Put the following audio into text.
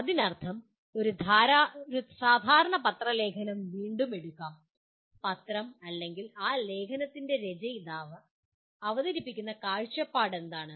അതിനർത്ഥം ഒരു സാധാരണ പത്രം ലേഖനം വീണ്ടും എടുക്കാം പത്രം അല്ലെങ്കിൽ ആ ലേഖനത്തിന്റെ രചയിതാവ് അവതരിപ്പിക്കുന്ന കാഴ്ചപ്പാട് എന്താണ്